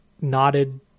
nodded